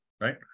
right